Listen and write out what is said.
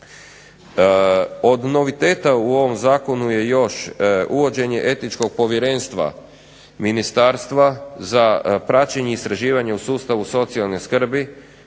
Od noviteta u ovom zakonu je još uvođenje etičkog povjerenstva ministarstva za praćenje, istraživanje u sustavu socijalne skrbi